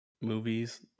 movies